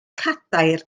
cadair